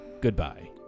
goodbye